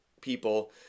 people